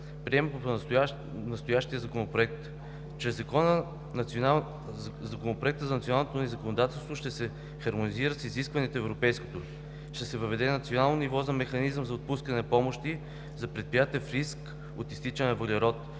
приеме настоящият законопроект. Чрез Законопроекта в националното ни законодателство ще се хармонизират изискванията с европейското, ще се въведе на национално ниво механизъм за отпускане на помощи за предприятия в риск от изтичане на въглерод,